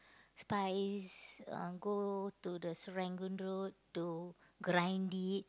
spice uh go to the Serangoon-Road to grind it